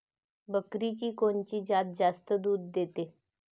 बकरीची कोनची जात जास्त दूध देते?